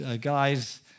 guys